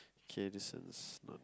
okay this is not